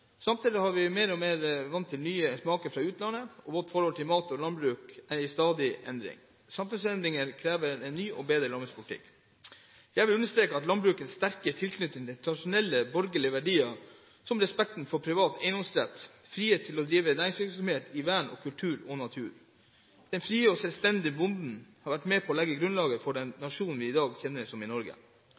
Samtidig har vi blitt mer og mer vant til nye smaker fra utlandet, og vårt forhold til mat og landbruk er i stadig endring. Samfunnsendringer krever en ny og bedre landbrukspolitikk. Jeg vil understreke landbrukets sterke tilknytning til tradisjonelle borgerlige verdier, som respekten for privat eiendomsrett, frihet til å drive næringsvirksomhet og vern om kultur og natur. Den frie og selvstendige bonden har vært med på å legge grunnlaget for den nasjonen vi i dag kjenner som Norge. Fremskrittspartiet viser til den sterke stillingen norske bønder tradisjonelt har hatt i